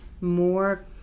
more